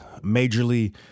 majorly